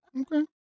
Okay